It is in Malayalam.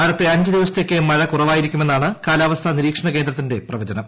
അടുത്ത അഞ്ച് ദിവസത്തേക്ക് മഴ കുറവായിരിക്കുമെന്ന് കാലാവസ്ഥ നിരീക്ഷണ വകുപ്പ് അറിയിച്ചു